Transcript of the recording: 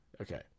Okay